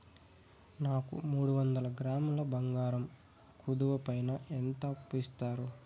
నాకు మూడు వందల గ్రాములు బంగారం కుదువు పైన ఎంత అప్పు ఇస్తారు?